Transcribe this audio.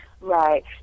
Right